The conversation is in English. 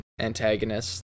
antagonists